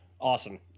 Awesome